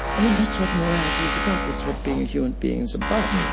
i mean, that's what morality is about, that's what being a human being is about.